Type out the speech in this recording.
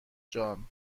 جان